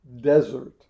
desert